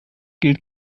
gilt